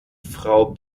frau